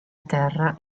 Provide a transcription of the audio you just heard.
terra